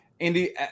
Andy